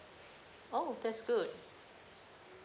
oh that's good